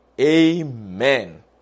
amen